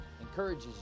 encourages